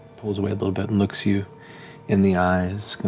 pulls away a little bit and looks you in the eyes,